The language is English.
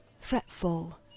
fretful